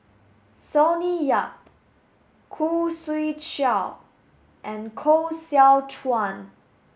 Sonny Yap Khoo Swee Chiow and Koh Seow Chuan